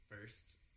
first